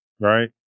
right